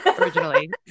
originally